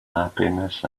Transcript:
happiness